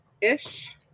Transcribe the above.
ish